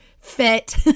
fit